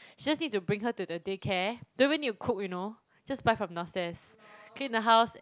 just need to bring her to the daycare don't even need to cook you know just buy from downstairs clean the house